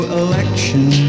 election